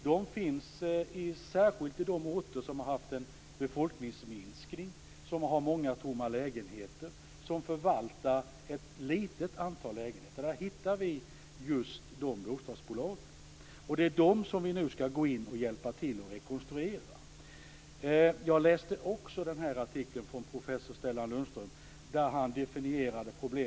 De finns särskilt på de orter som har haft en befolkningsminskning, som har många tomma lägenheter och som förvaltar ett litet antal lägenheter. Där hittar vi just dessa bostadsbolag. Det är dem som vi nu skall gå in och hjälpa till att rekonstruera. Jag läste också artikeln av professor Stellan 50 miljarder.